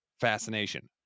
fascination